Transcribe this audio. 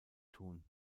tun